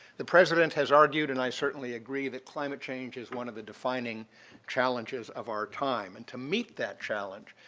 the president has argued, and i certainly agree, that climate change is one of the defining challenges of our time, and to meet that challenge,